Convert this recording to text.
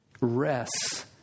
rests